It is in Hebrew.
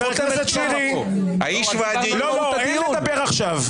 חבר הכנסת שירי, אין לדבר עכשיו.